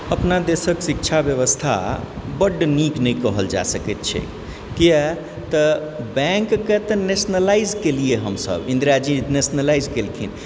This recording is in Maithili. अपना देशक शिक्षा व्यवस्था बड्ड नीक नहि कहल जा सकय छै किएक तऽ बैंकके तऽ नेशनलाइज कयलियै हमसभ इन्दिरा जी नेशनलाइज केलखिन